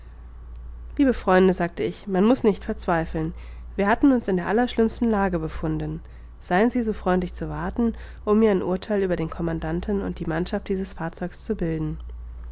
lieben freunde sagte ich man muß nicht verzweifeln wir hatten uns in der allerschlimmsten lage befunden seien sie so freundlich zu warten um mir ein urtheil über den commandanten und die mannschaft dieses fahrzeugs zu bilden